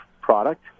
product